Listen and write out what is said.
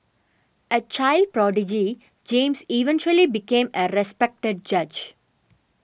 a child prodigy James eventually became a respected judge